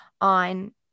on